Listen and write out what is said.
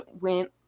went